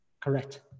Correct